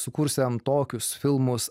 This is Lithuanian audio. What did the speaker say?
sukūrusiam tokius filmus